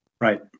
Right